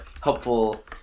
helpful